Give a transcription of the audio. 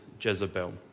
Jezebel